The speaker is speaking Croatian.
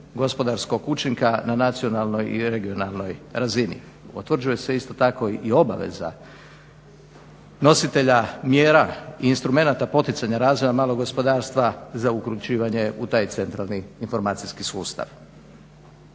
gospodarskog učinka na nacionalnoj i regionalnoj razini. Utvrđuje se isto tako i obaveza nositelja mjera i instrumenata poticanja razvoja malog gospodarstva za uključivanje u taj centralni informacijski sustav.